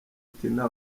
tina